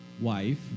wife